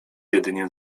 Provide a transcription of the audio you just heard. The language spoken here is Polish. jedynie